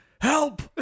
help